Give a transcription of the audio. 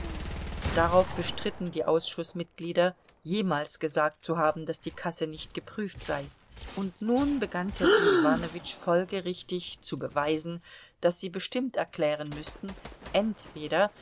darauf bestritten die ausschußmitglieder jemals gesagt zu haben daß die kasse nicht geprüft sei und nun begann sergei iwanowitsch folgerichtig zu beweisen daß sie bestimmt erklären müßten entweder